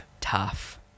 tough